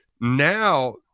now